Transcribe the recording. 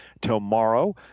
tomorrow